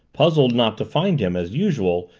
puzzled not to find him, as usual,